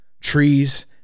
trees